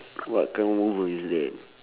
what kind of mover is that